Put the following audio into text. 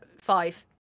five